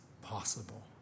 possible